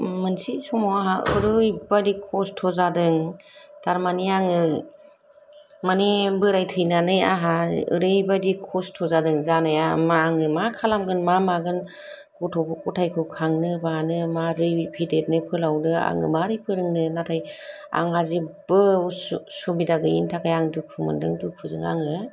मोनसे समाव आहा एरैबायदि खस्थ' जादों थारमाने आङो माने बोराय थैनानै आहा एरैबायदि खस्थ' जादों जानाया होमबा आङो मा खालामगोन मा मागोन गथ' गथायखौ खांनो बानो मारै फेदेरनो फोलावनो आङो मारै फोरोंनो नाथाय आंहा जेबबो सुबिधा गैयिनि थाखाय आङो दुखु मोनदों दुखुजों आङो